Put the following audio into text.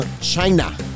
China